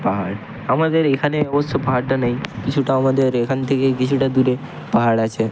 পাহাড় আমাদের এইখানে অবশ্য পাহাড়টা নেই কিছুটা আমাদের এখান থেকে কিছুটা দূরে পাহাড় আছে